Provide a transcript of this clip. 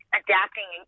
adapting